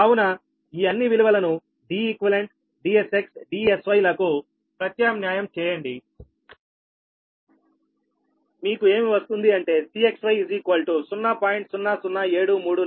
కావున ఈ అన్ని విలువలను Deq Dsx Dsy లకు ప్రత్యామ్న్యాయం చేయండి మీకు ఏమి వస్తుంది అంటే Cxy 0